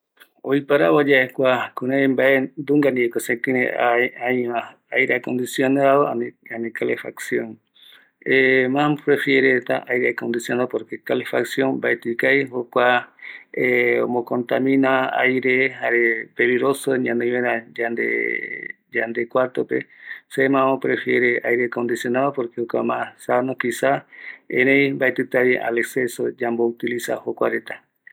Mbaetɨ guako ipöra seve kua mokoi reve kuareta mbaetɨ ipöra se aire ajre kalefaccion äve mbaetɨ ipöra seve kiraindipo se ayepokuama se jakuvova rupi agata aiko ramo ndipo mbaetɨ se aiko vaera kua nungarupi oiporu poru varetano se kuraiñova ipöra se